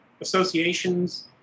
associations